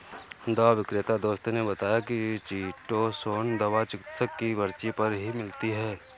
दवा विक्रेता दोस्त ने बताया की चीटोसोंन दवा चिकित्सक की पर्ची पर ही मिलती है